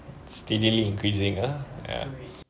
steadily increasing ah ya